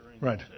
Right